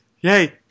Yay